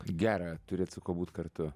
gera turėt su kuo būt kartu